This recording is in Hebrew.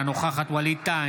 אינה נוכחת ווליד טאהא,